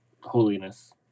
holiness